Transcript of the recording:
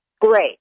Great